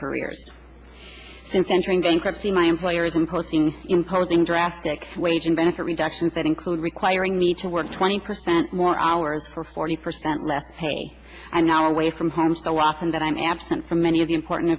careers since entering bankruptcy my employers and posting imposing drastic wage and benefit reductions that include requiring me to work twenty percent more hours for forty percent less pay an hour away from home so often that i'm absent from any of the important